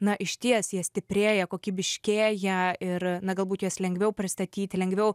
na išties jie stiprėja kokybiškėja ir na galbūt juos lengviau pristatyti lengviau